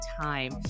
time